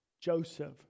Joseph